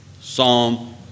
Psalm